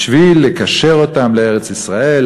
בשביל לקשר אותם לארץ-ישראל,